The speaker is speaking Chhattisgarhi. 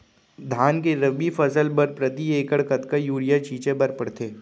धान के रबि फसल बर प्रति एकड़ कतका यूरिया छिंचे बर पड़थे?